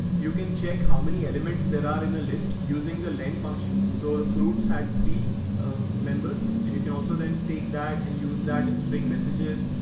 you can check how many elements that are in a list using the len function. so the fruits had three ah members and you can also then take that and use that in string messages,